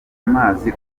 amazi